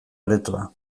aretoa